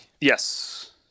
yes